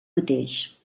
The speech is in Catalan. mateix